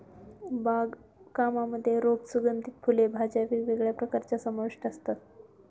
बाग कामांमध्ये रोप, सुगंधित फुले, भाज्या वेगवेगळ्या प्रकारच्या समाविष्ट असतात